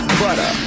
butter